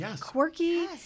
quirky